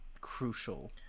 crucial